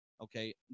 okay